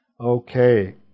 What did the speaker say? Okay